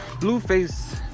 Blueface